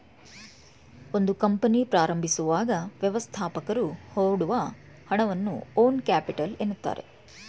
ಒಂದು ಕಂಪನಿ ಪ್ರಾರಂಭಿಸುವಾಗ ವ್ಯವಸ್ಥಾಪಕರು ಹೊಡುವ ಹಣವನ್ನ ಓನ್ ಕ್ಯಾಪಿಟಲ್ ಎನ್ನುತ್ತಾರೆ